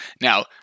Now